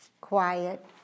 Quiet